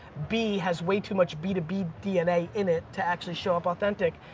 b, has way to much b to b dna in it to actually show up authentic,